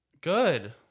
Good